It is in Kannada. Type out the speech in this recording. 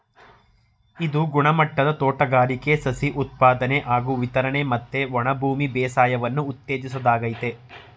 ಇದು ಗುಣಮಟ್ಟದ ತೋಟಗಾರಿಕೆ ಸಸಿ ಉತ್ಪಾದನೆ ಹಾಗೂ ವಿತರಣೆ ಮತ್ತೆ ಒಣಭೂಮಿ ಬೇಸಾಯವನ್ನು ಉತ್ತೇಜಿಸೋದಾಗಯ್ತೆ